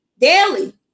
daily